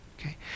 okay